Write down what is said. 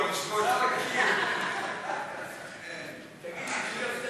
אבל בואו לרגע נהיה רציניים, ואני פונה אליך,